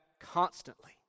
constantly